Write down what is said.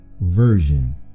version